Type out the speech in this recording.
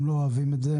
הם לא אוהבים את זה,